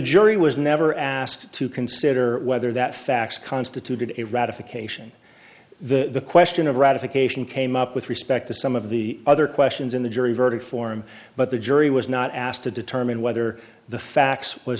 jury was never asked to consider whether that facts constituted a ratification the question of ratification came up with respect to some of the other questions in the jury verdict form but the jury was not asked to determine whether the facts was